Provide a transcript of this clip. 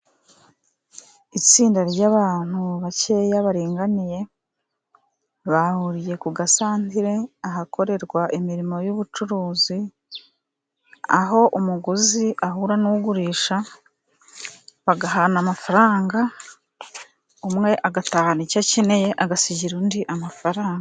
Itsinda ry'abantu bakeya baringaniye, bahuriye ku gasantere ahakorerwa imirimo y'ubucuruzi, aho umuguzi ahura n'ugurisha bagahana amafaranga, umwe agatahana icyo akeneye agasigira undi amafaranga.